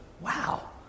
wow